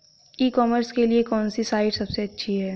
ई commerce के लिए कौनसी साइट सबसे अच्छी है?